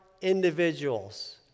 individuals